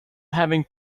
having